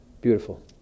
Beautiful